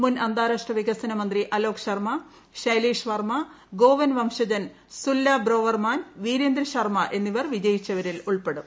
മുൻ അന്താരാഷ്ട്ര വികസനമന്ത്രി ആലോക് ശർമ്മ ശൈലേഷ് വർമ ഗോവൻ വംശജൻ സുല്ല ബ്രോവർമാൻ പീരേന്ദ്ര ശർമ എന്നിവർ വിജയിച്ചവരിൽ ഉൾപ്പെടും